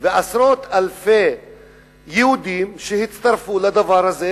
ועשרות אלפי יהודים הצטרפו לדבר הזה,